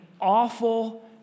awful